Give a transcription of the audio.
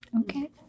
Okay